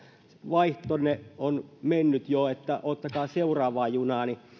vaihtonne on mennyt jo että odottakaa seuraavaa junaa eli